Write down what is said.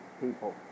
people